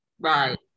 right